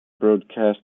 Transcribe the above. broadcast